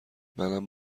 منم